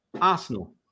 Arsenal